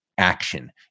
action